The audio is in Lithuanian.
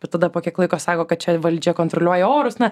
ir tada po kiek laiko sako kad čia valdžia kontroliuoja orus na